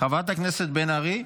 כי הצעת חוק איסור התערבות גנטית (שיבוט אדם ושינוי גנטי בתאי רבייה)